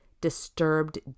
disturbed